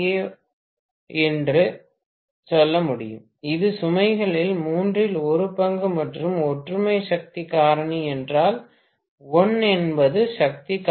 ஏ என்று சொல்ல முடியும் இது சுமைகளில் மூன்றில் ஒரு பங்கு மற்றும் ஒற்றுமை சக்தி காரணி என்றால் 1 என்பது சக்தி காரணி